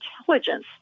intelligence